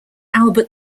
albert